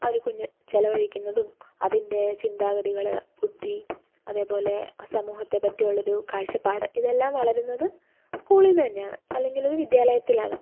ആ ഒരു കുഞ്ഞ് ചിലവഴിക്കുന്നതും അതിൻ്റെ ചിന്താഗതികൾ ബുദ്ധി അതേപോലെ സമൂഹത്തെ പറ്റിയുള്ളൊരു കാഴ്ച്ചപ്പാട് ഇതെല്ലാം വളരുന്നത് സ്കൂളിൽ നിന്ന് തന്നെയാണ് അല്ലെങ്കിലൊരു വിദ്യാലയത്തിലാണ്